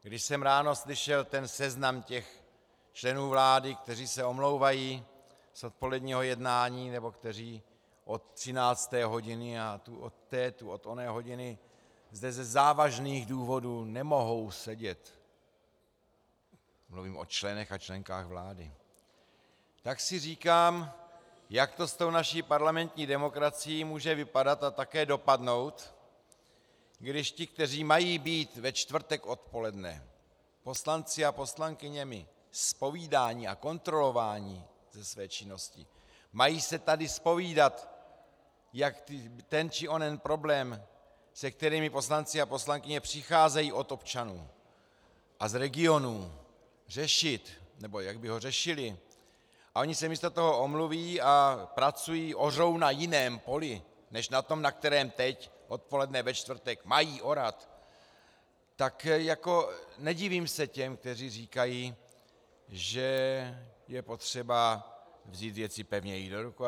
Když jsem ráno slyšel seznam těch členů vlády, kteří se omlouvají z odpoledního jednání nebo kteří od 13. hodiny a od oné hodiny zde ze závažných důvodů nemohou sedět, mluvím o členech a členkách vlády, tak si říkám, jak to s tou naší parlamentní demokracií může vypadat a také dopadnout, když ti, kteří mají být ve čtvrtek odpoledne poslanci a poslankyněmi zpovídáni a kontrolováni ze své činnosti, mají se tady zpovídat, jak ten či onen problém, se kterým poslanci a poslankyně přicházejí od občanů a z regionů, řešit, nebo jak by ho řešili, a oni se místo toho omluví a pracují, ořou na jiném poli než na tom, na kterém teď odpoledne ve čtvrtek mají orat, tak se nedivím těm, kteří říkají, že je potřeba vzít věci pevněji do rukou atp.